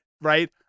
Right